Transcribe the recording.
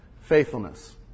Faithfulness